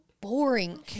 boring